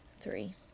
three